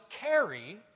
carry